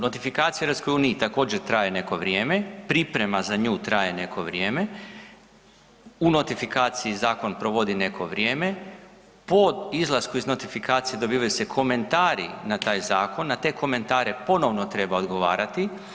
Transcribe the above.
Notifikacija u EU također traje neko vrijeme, priprema za nju traje neko vrijeme, u notifikaciji zakon provodi neko vrijeme, po izlasku iz notifikacije dobivaju se komentari na taj zakon, na te komentare ponovno treba odgovarati.